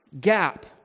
gap